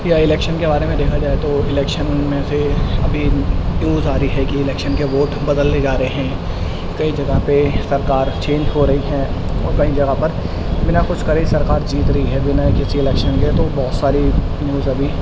یا الیکشن کے بارے میں دیکھا جائے تو الیکشن ان میں سے بھی نیوز آ رہی ہے کہ الیکشن کے ووٹ بدلنے جا رہے ہیں کئی جگہ پہ سرکار چینج ہو رہی ہیں اور کئی جگہ پر بنا کچھ کرے سرکار جیت رہی ہے بنا ہی کسی الیکشن کے تو وہ بہت ساری نیوز ابھی